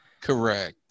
Correct